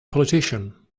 politician